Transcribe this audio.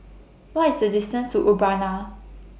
What IS The distance to Urbana